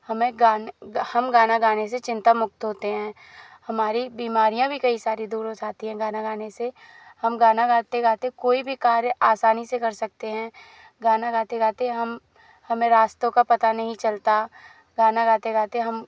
हमें हम गाना गाने से चिंतामुक्त होते हैं हमारी बीमारियां भी कई सारी दूर हो जाती है गाना गाने से हम गाना गाते गाते कोई भी कार्य आसानी से कर सकते हैं गाना गाते गाते हम हमें रास्तों का पता नहीं चलता गाना गाते गाते हम